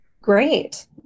Great